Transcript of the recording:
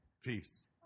Peace